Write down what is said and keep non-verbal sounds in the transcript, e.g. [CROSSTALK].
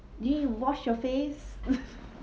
then you wash your face [LAUGHS]